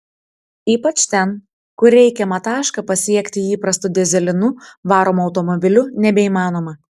ypač ten kur reikiamą tašką pasiekti įprastu dyzelinu varomu automobiliu nebeįmanoma